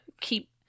keep